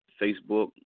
facebook